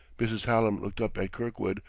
mrs. hallam looked up at kirkwood,